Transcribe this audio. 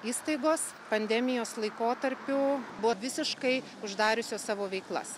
įstaigos pandemijos laikotarpiu buvo visiškai uždariusi savo veiklas